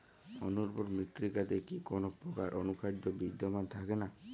অনুর্বর মৃত্তিকাতে কি কোনো প্রকার অনুখাদ্য বিদ্যমান থাকে না?